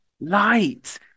light